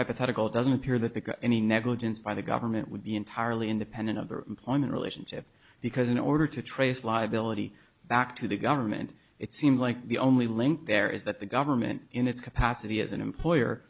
hypothetical it doesn't appear that that any negligence by the government would be entirely independent of the employment relationship because in order to trace liability back to the government it seems like the only link there is that the government in its capacity as an employer